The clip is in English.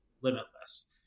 limitless